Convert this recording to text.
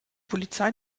polizei